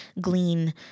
glean